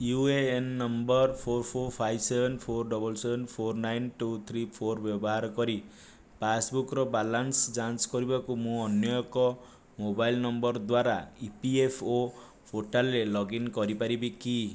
you A N number four four five seven four double seven four nine two three four ବ୍ୟବହାର କରି ପାସ୍ବୁକ୍ର balance ଯାଞ୍ଚ କରିବାକୁ ମୁଁ ଅନ୍ୟ ଏକ ମୋବାଇଲ୍ ନମ୍ବର ଦ୍ଵାରା ଇ ପି ଏଫ୍ ଓ ପୋର୍ଟାଲ୍ରେ ଲଗ୍ଇନ୍ କରିପାରିବି କି